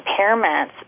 impairments